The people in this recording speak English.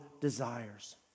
desires